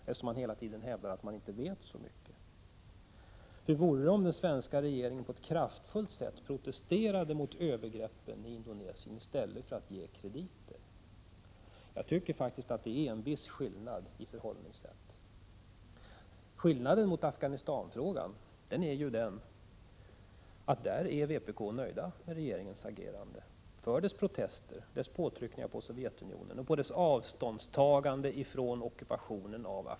Man hävdar ju hela tiden att man inte vet så mycket. Och hur vore det om den svenska regeringen på ett kraftfullt sätt protesterade mot övergrepp i Indonesien i stället för att ge krediter? Jag tycker faktiskt att det är en viss skillnad i förhållningssätt här och i fråga om Afghanistan. I Afghanistanfrågan är vi i vpk nöjda med regeringens agerande, protesterna och påtryckningarna på Sovjetunionen och avståndstagandet från ockupationen.